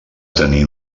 tenir